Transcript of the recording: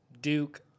Duke